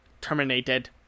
terminated